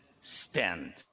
stand